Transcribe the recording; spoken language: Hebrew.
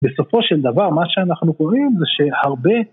בסופו של דבר מה שאנחנו קוראים זה שהרבה